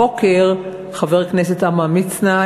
הבוקר חבר הכנסת עמרם מצנע,